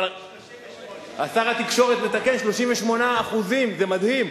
אבל, 38%. שר התקשורת מתקן, 38%, זה מדהים.